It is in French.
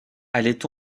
allait